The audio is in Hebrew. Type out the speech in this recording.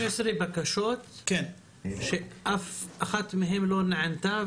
15 בקשות שאף אחת מהן לא נענתה,